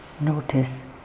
Notice